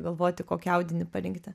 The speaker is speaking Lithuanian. galvoti kokį audinį parinkti